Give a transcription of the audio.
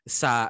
sa